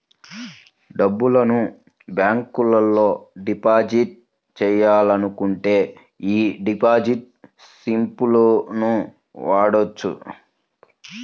డబ్బును బ్యేంకులో డిపాజిట్ చెయ్యాలనుకుంటే యీ డిపాజిట్ స్లిపులను వాడొచ్చు